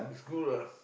cool lah